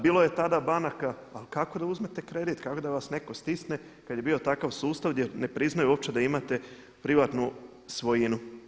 Bilo je tada banaka ali kako da uzmete kredit, kako da vas netko stisne kad je bio takav sustav gdje ne priznaju uopće da imate privatnu svojinu.